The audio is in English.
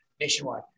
nationwide